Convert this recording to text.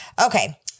Okay